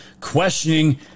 questioning